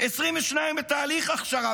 22 בתהליך הכשרה,